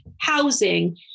housing